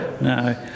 No